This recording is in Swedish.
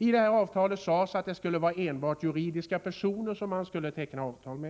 I detta avtal sades det att avtal endast skall tecknas med juridiska personer.